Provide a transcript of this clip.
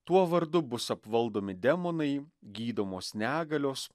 tuo vardu bus apvaldomi demonai gydomos negalios